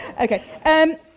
Okay